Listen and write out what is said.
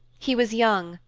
he was young,